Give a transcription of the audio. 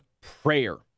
prayer